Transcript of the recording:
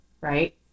right